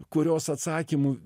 kurios atsakymų